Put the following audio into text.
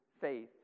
faith